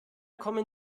kommen